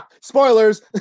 Spoilers